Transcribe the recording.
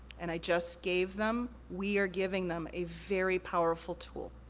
and i just gave them, we are giving them, a very powerful tool.